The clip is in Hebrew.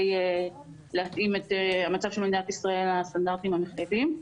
להתאים את המצב של מדינת ישראל לסטנדרטים המחויבים.